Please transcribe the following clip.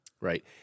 Right